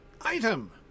item